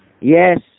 Yes